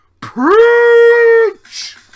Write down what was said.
Preach